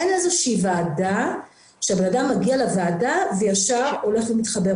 אין איזושהי ועדה שבן-אדם מגיע לוועדה וישר הולך ומתחבר.